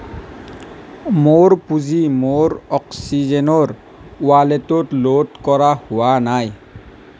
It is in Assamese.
মোৰ পুঁজি মোৰ অক্সিজেনৰ ৱালেটত ল'ড কৰা হোৱা নাই